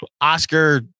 Oscar